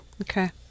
okay